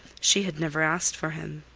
she had never asked for him.